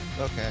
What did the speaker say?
okay